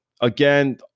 Again